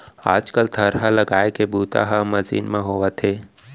आज कल थरहा लगाए के बूता ह मसीन म होवथे